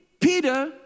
Peter